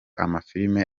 amafilime